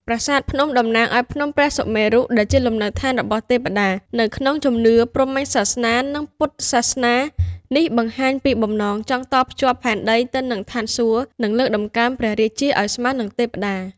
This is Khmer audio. ប្រាសាទភ្នំតំណាងឱ្យ ភ្នំព្រះសុមេរុ ដែលជាលំនៅដ្ឋានរបស់ទេពតា នៅក្នុងជំនឿព្រហ្មញ្ញសាសនា និងពុទ្ធសាសនា។ នេះបង្ហាញពីបំណងចង់តភ្ជាប់ផែនដីទៅនឹងឋានសួគ៌ និងលើកតម្កើងព្រះរាជាឱ្យស្មើនឹងទេពតា។